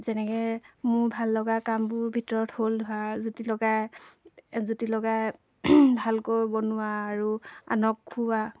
যেনেকৈ মোৰ ভাল লগা কামবোৰ ভিতৰত হ'ল ধৰা জুতি লগাই জুতি লগাই ভালকৈ বনোৱা আৰু আনক খোওৱা